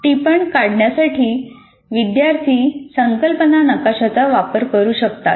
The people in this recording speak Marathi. टिपणे काढण्यासाठी विद्यार्थी संकल्पना नकाशाचा वापर करू शकतात